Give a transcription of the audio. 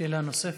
שאלה נוספת.